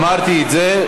אמרתי את זה.